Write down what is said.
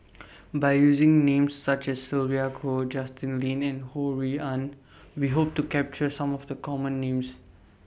By using Names such as Sylvia Kho Justin Lean and Ho Rui An We Hope to capture Some of The Common Names